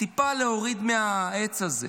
טיפה להוריד מהעץ הזה,